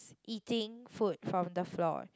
eating food from the floor